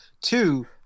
Two